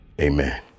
Amen